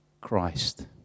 Christ